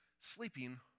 sleeping